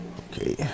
Okay